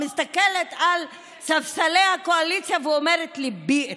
מסתכלת על ספסלי הקואליציה ואומרת: ליבי איתכם,